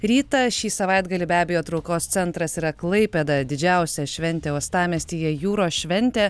rytą šį savaitgalį be abejo traukos centras yra klaipėda didžiausia šventė uostamiestyje jūros šventė